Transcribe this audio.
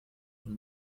von